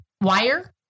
Wire